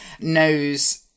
knows